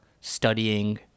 studying